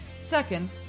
Second